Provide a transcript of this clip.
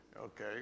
Okay